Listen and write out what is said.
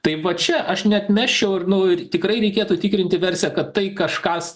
tai va čia aš neatmesčiau ir nu ir tikrai reikėtų tikrinti versiją kad tai kažkas